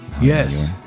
Yes